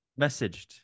messaged